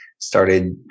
started